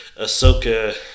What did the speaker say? Ahsoka